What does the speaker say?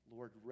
Lord